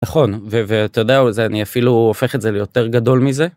נכון ואתה יודע על זה אני אפילו הופך את זה ליותר גדול מזה.